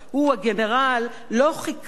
לא חיכה שמתישהו,